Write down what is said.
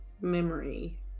memory